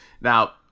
Now